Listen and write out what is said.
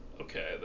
Okay